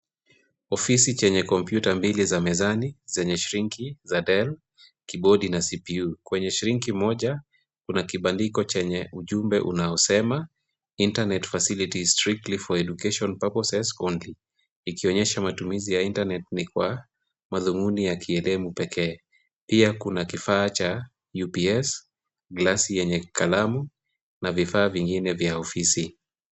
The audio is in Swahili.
Ofisi chenye kompyuta mbili za mezani zenye shrinki za Del, kibodi na CPU. Kwenye shrinki moja kuna kibandiko chenye ujumbe unaosema internet facilities strictly for educational purposes only , ikionyesha matumizi ya internet ni kwa mathumuni ya kielimu pekee, pia kuna kifaa cha UPS, glasi yenye kalamu, na vifaa vingine vya ofisi.